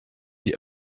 die